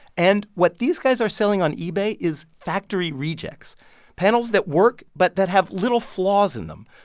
and what these guys are selling on ebay is factory rejects panels that work but that have little flaws in them,